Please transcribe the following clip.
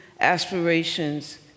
aspirations